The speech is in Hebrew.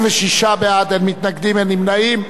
39 בעד, אין מתנגדים, אין נמנעים.